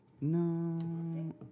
No